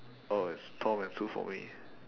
oh it's tom and sue for me